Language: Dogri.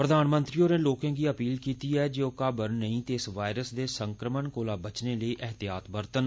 प्रधानमंत्री होरें लोकें गी अपील कीती ऐ जे ओह् घबरान नेईं ते इस वायरस दे संक्रमण कोला बचने लेई एहतियात बरतन